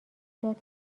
داد